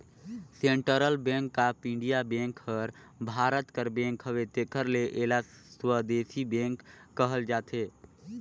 central bank of India bank हर भारत कर बेंक हवे तेकर ले एला स्वदेसी बेंक कहल जाथे